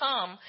come